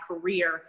career